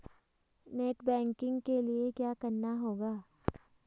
Net banking के लिए क्या करना होगा?